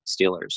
Steelers